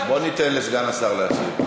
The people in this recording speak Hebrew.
בוא ניתן לסגן השר להשיב.